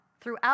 throughout